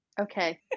Okay